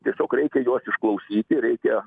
tiesiog reikia juos išklausyti reikia